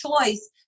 choice